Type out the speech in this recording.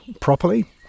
properly